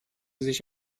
sich